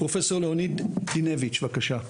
פרופ' לאוניד דינביץ, בבקשה.